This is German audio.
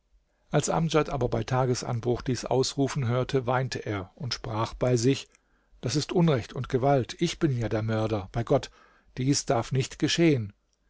als amdjad aber bei tagesanbruch dies ausrufen hörte weinte er und sprach bei sich das ist unrecht und gewalt ich bin ja der mörder bei gott dies darf nicht geschehen